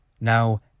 Now